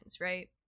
right